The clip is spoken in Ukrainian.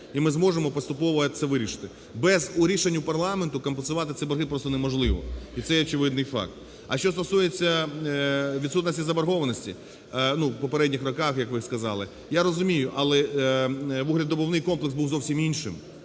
і ми зможемо поступово це вирішити. Без рішення парламенту компенсувати ці борги просто неможливо, і це є очевидний факт. А що стосується відсутності заборгованості, в попередніх роках, як ви сказали, я розумію, але вугледобувний комплекс був зовсім іншим,